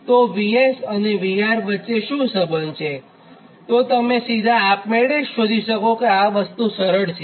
તો VS અને VR વચ્ચે શું સંબંધ છેએ તમે સીધા જ આપમેળે શોધી શકો છો આ સરળ વસ્તુ છે